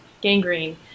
gangrene